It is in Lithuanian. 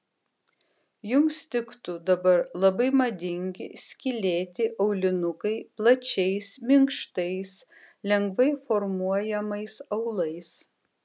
jums tiktų dabar labai madingi skylėti aulinukai plačiais minkštais lengvai formuojamais aulais